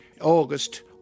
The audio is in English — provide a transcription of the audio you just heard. August